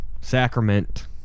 sacrament